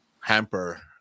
hamper